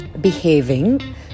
Behaving